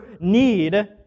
need